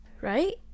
right